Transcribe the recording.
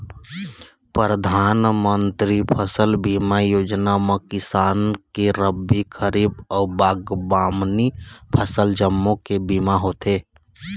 परधानमंतरी फसल बीमा योजना म किसान के रबी, खरीफ अउ बागबामनी फसल जम्मो के बीमा होथे